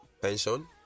pension